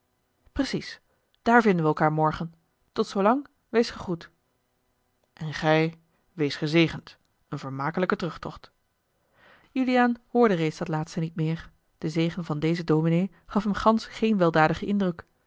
precies daar vinden wij elkaâr morgen tot zoolang wees gegroet en gij wees gezegend een vermakelijken terugtocht juliaan hoorde reeds dat laatste niet meer de zegen van dezen dominé gaf hem gansch geen weldadigen indruk